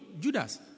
Judas